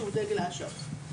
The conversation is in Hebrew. שהוא דגל אש"ף.